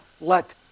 let